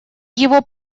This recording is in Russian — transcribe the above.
его